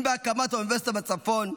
אם בהקמת האוניברסיטה בצפון,